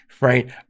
right